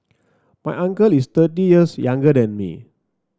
my uncle is thirty years younger than me